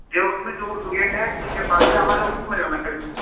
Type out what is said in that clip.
دیوبند میں جو اردو گیٹ ہے اس کے پاس ہے ہمارے آفس میں آ جانا کل